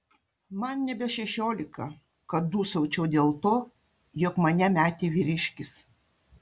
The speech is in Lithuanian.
man nebe šešiolika kad dūsaučiau dėl to jog mane metė vyriškis